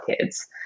kids